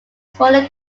smaller